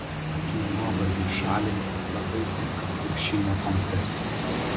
akių nuovargiui šalinti labai tinka kiaušinio kompresai